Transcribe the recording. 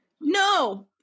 no